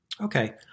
Okay